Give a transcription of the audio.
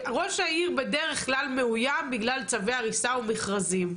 ראש העיר בדרך כלל מאויים בגלל צווי הריסה ומכרזים,